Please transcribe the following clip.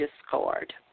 discard